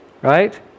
Right